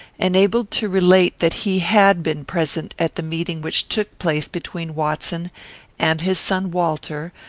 enabled to relate that he had been present at the meeting which took place between watson and his son walter,